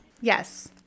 yes